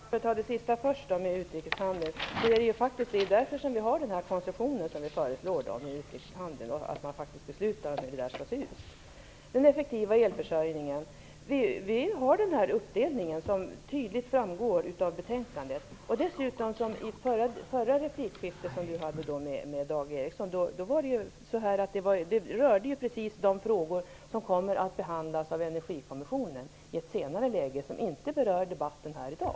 Herr talman! Jag skall ta det sista gällande utrikeshandeln först. Det är just för att man skall kunna besluta hur det hela skall se ut som vi föreslår den här konstruktionen för handeln. Den effektiva elförsörjningen får vi genom uppdelningen, som tydligt framgår av betänkandet. Dessutom rör detta de frågor som kommer att behandlas av Energikommissionen i ett senare läge och som inte berör debatten här i dag.